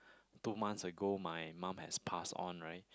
two months ago my mum has passed on right